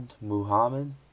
muhammad